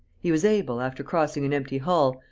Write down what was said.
he was able, after crossing an empty hall,